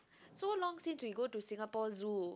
so long since we go to Singapore Zoo